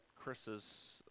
Chris's